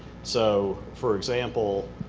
so, for example,